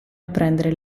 apprendere